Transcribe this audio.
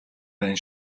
байна